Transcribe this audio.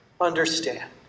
understand